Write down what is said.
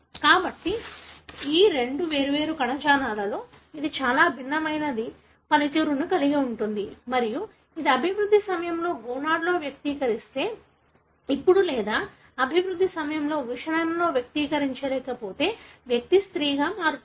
కాబట్టి ఈ రెండు వేర్వేరు కణజాలాలలో ఇది చాలా భిన్నమైన పనితీరును కలిగి ఉంటుంది మరియు ఇది అభివృద్ధి సమయంలో గోనాడ్లో వ్యక్తీకరిస్తే ఇప్పుడు లేదా అభివృద్ధి సమయంలో వృషణంలో వ్యక్తీకరించకపోతే వ్యక్తి స్త్రీగా మారతాడు